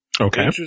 Okay